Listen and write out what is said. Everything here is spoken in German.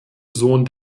sohn